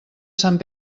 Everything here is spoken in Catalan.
sant